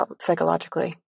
psychologically